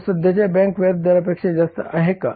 तो सध्याच्या बँक व्याज दरापेक्षा जास्त आहे का